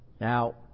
Now